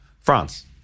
France